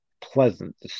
pleasant